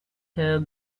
here